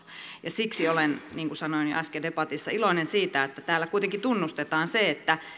ja siksi olen niin kuin sanoin jo äsken debatissa iloinen siitä että täällä kuitenkin tunnustetaan se että